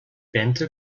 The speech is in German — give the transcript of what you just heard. bente